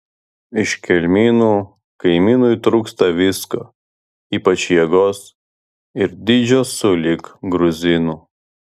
iš kelmynų kaimynui trūksta visko ypač jėgos ir dydžio sulig gruzinu